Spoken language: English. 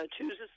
chooses